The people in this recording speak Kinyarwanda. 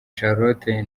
charlotte